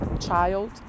child